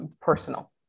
personal